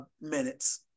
minutes